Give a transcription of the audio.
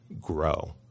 grow